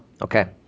Okay